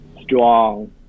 strong